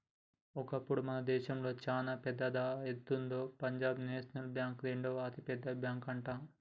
ఒకప్పుడు మన దేశంలోనే చానా పెద్దదా ఎంతుందో పంజాబ్ నేషనల్ బ్యాంక్ రెండవ అతిపెద్ద బ్యాంకట